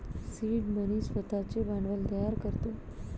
seed money स्वतःचे भांडवल तयार करतो